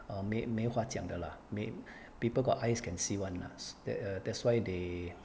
err 没没话讲的 lah 没 people got eyes can see [one] lah that uh that's why they err